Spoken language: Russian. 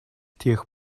тех